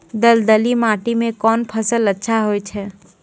दलदली माटी म कोन फसल अच्छा होय छै?